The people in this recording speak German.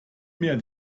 mehr